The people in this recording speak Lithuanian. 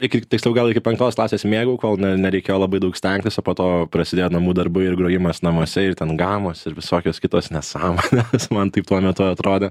iki tiksliau gal iki penktos klasės mėgau kol ne nereikėjo labai daug stengtis o po to prasidėjo namų darbai ir grojimas namuose ir ten gamos ir visokios kitos nesąmonės man taip tuo metu atrodė